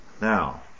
Now